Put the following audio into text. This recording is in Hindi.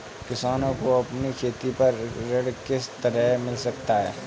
किसानों को अपनी खेती पर ऋण किस तरह मिल सकता है?